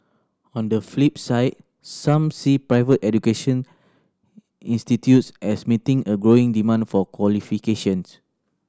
on the flip side some see private education institutes as meeting a growing demand for qualifications